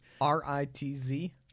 R-I-T-Z